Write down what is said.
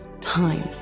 time